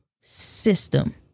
system